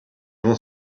vont